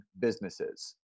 businesses